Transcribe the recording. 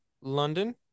London